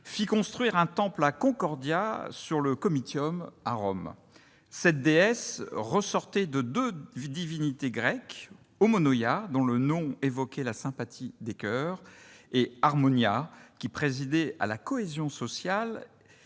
fit construire un temple à Concordia, sur le Comitium, à Rome. Cette déesse était issue de deux divinités grecques,, dont le nom évoquait la sympathie des coeurs, et, qui présidait à la cohésion sociale